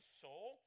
soul